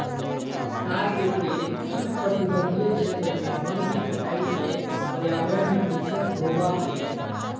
ताड़ के तेल उष्णकटिबंधीय क्षेत्र में वन के कटाई से पर्यावरण में दिक्कत होबा हइ